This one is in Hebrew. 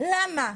למה?